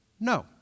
No